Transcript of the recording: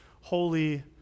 holy